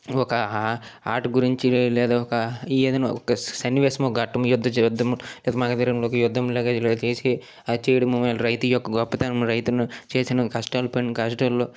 ఒక వాటి గురించి లేదా ఒక ఏదన్నా ఒక సన్నివేశం ఘట్టం యుద్ధం లేదా మగధీరంలోకి ఒక యుద్ధం లాగ చేసి అది చేయడమో రైతు యొక్క గొప్పతనం రైతు చేసిన కష్టాల పని కష్టాల్లో